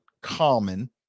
common